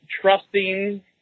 trusting